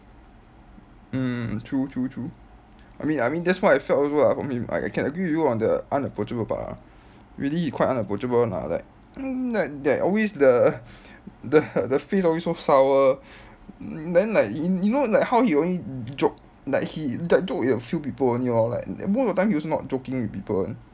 mm true true true I mean I mean that's what I felt also ah from him I can agree with you on the unapproachable part ah really he quite unapproachable [one] ah like mm like that always the the the face always so sour then like you you know like how he only joke like he like joke with a few people only lor like most of the time he also not joking with people